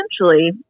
essentially